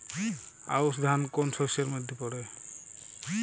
আউশ ধান কোন শস্যের মধ্যে পড়ে?